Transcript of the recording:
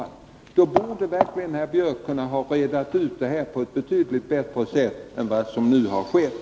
Herr Björk borde verkligen ha kunnat reda ut detta på ett betydligt bättre sätt än som nu har skett.